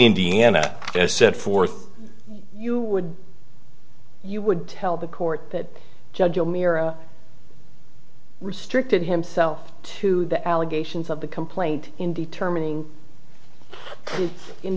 indiana as set forth you would you would tell the court that judge o'meara restricted himself to the allegations of the complaint in determining in